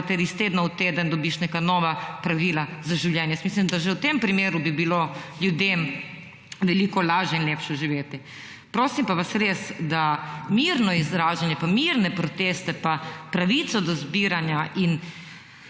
iz tedna v teden dobiš neka nova pravila za življenje. Jaz mislim, da že v tem primeru bi bilo ljudem veliko lažje in lepše živeti. Prosim pa vas res, da mirno izražanje, pa mirne proteste, pa pravico do zbiranja in